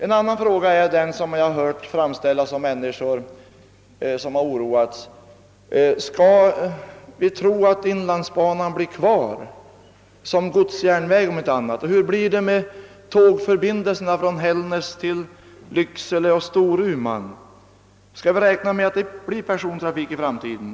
En annan fråga är den som jag hörde framställas av människor som har oroats: Skall vi tro att inlandsbanan blir kvar som godsjärnväg om inte annat? Hur blir det med tågförbindelserna från Hällnäs till Lycksele och Storuman? Skall vi räkna med att det blir någon persontrafik i framtiden?